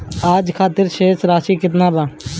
आज खातिर शेष राशि केतना बा?